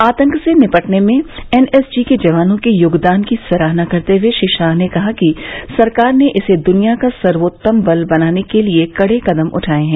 आतंक से निबटने में एन एस जी के जवानों के योगदान की सराहना करते हए श्री शाह ने कहा कि सरकार ने इसे दुनिया का सर्वोत्तम बल बनाने के लिए कडे कदम उठाए हैं